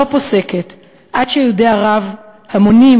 שלא פוסקת עד שיהודי ערב, המונים,